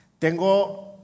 tengo